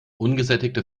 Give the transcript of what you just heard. ungesättigte